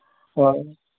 ᱦᱳᱭ